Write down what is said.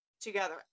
together